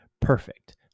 Perfect